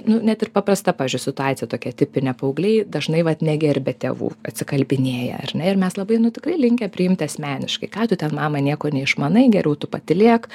nu net ir paprasta pavyzdžiui situacija tokia tipinė paaugliai dažnai vat negerbia tėvų atsikalbinėja ar ne ir mes la bai nu tikrai linkę priimti asmeniškai ką tu ten mama nieko neišmanai geriau tu patylėk